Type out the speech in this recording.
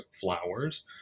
flowers